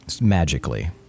magically